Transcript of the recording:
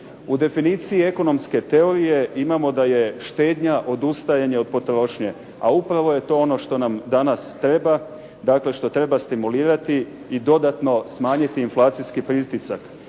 U definiciji ekonomske teorije imamo da je štednja odustajanje od potrošnje, a upravo je to ono što nam danas treba. Dakle, što treba stimulirati i dodatno smanjiti inflacijski pritisak.